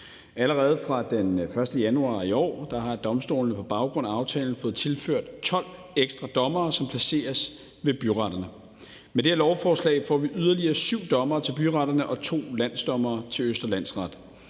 Allerede fra den 1. januar i år har domstolene på baggrund af aftalen fået tilført 12 ekstra dommere, som placeres ved byretterne. Med det her lovforslag får vi yderligere 7 dommere til byretterne og 2 landsdommere til Østre Landsret.